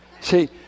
See